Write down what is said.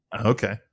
Okay